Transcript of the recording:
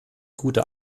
gute